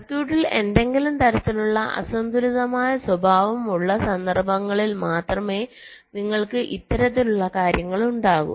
സർക്യൂട്ടിൽ ഏതെങ്കിലും തരത്തിലുള്ള അസന്തുലിതമായ സ്വഭാവം ഉള്ള സന്ദർഭങ്ങളിൽ മാത്രമേ നിങ്ങൾക്ക് ഇത്തരത്തിലുള്ള കാര്യങ്ങൾ ഉണ്ടാകൂ